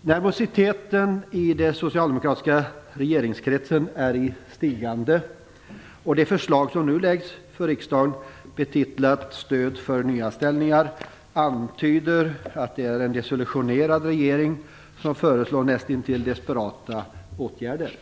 Nervositeten i den socialdemokratiska regeringskretsen är i stigande, och det förslag som nu läggs fram för riksdagen, betitlat Stöd för nyanställningar, antyder att det är en desillusionerad regering som föreslår nästintill desperata åtgärder.